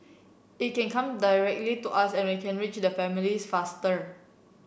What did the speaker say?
it can come directly to us and we can reach the families faster